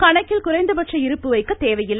கணக்கில் குறைந்த பட்ச இருப்பு வைக்க தேவையில்லை